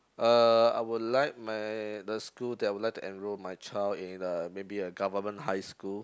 uh I would like my the school that I would like to enrol my child in uh maybe a government high school